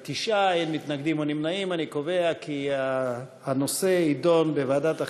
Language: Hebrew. ההצעה להעביר את הנושא לוועדת החינוך,